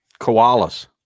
Koalas